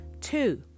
two